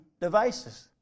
devices